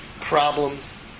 Problems